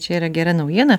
čia yra gera naujiena